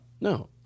No